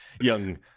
young